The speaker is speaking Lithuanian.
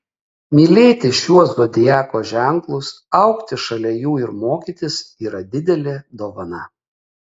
mylėti šiuos zodiako ženklus augti šalia jų ir mokytis yra didelė dovana